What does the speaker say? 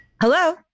Hello